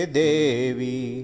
devi